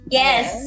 yes